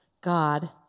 God